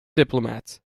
diplomats